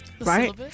right